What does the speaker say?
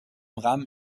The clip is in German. rahmen